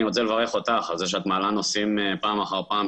אני רוצה לברך אותך על זה שאת מעלה פעם אחר נושאים פעם שהם